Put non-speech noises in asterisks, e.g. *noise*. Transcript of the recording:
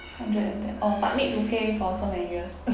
hundred and ten orh but need to pay for some area *laughs*